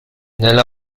nella